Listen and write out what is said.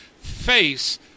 face